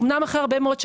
אמנם אחרי הרבה מאוד שנים.